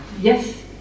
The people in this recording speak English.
Yes